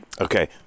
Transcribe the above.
okay